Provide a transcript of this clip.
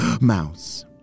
mouse